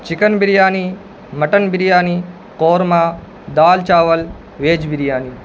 chicken biryani mutton biryani korma دال چاول veg biryani